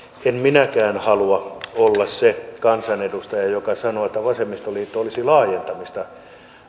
en minäkään halua olla se kansanedustaja joka sanoo että vasemmistoliitto olisi laajentamista